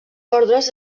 ordres